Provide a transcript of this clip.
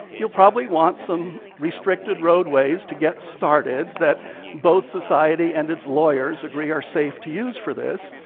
you'll probably want some restricted roadways to get started that both society and its lawyers agree are safe to use for this.